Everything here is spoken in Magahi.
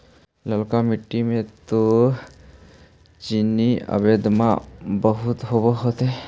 ललका मिट्टी मे तो चिनिआबेदमां बहुते होब होतय?